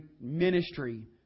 ministry